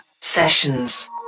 Sessions